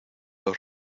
los